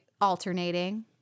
Alternating